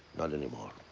not anymore.